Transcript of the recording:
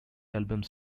albums